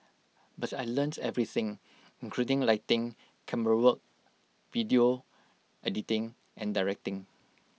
but I learnt everything including lighting camerawork video editing and directing